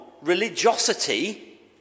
religiosity